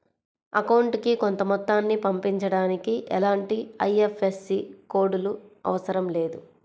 అకౌంటుకి కొంత మొత్తాన్ని పంపించడానికి ఎలాంటి ఐఎఫ్ఎస్సి కోడ్ లు అవసరం లేదు